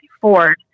Ford